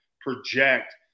project